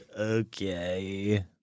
okay